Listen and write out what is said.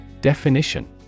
Definition